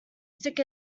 stick